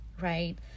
right